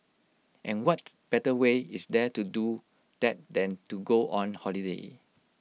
and what better way is there to do that than to go on holiday